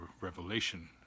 Revelation